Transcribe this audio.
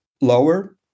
lower